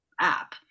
app